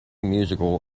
musical